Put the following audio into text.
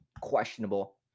questionable